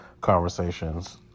conversations